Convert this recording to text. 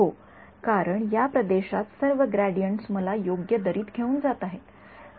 हो कारण या प्रदेशात सर्व ग्रेडियंट्स मला योग्य दरीत घेऊन जात आहेत